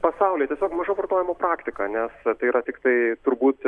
pasauly tiesiog maža vartojimo praktika nes tai yra tiktai turbūt